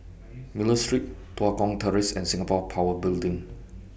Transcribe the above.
Miller Street Tua Kong Terrace and Singapore Power Building